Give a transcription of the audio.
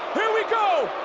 here we go,